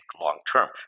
long-term